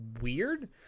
weird